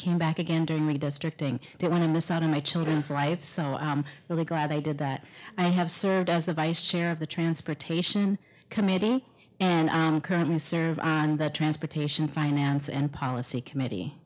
came back again doing redistricting they want to miss out on my children's life so i am really glad they did that i have served as a vice chair of the transportation committee currently serves on the transportation finance and policy committee